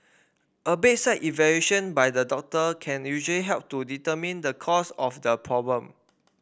a bedside evaluation by the doctor can usually help to determine the cause of the problem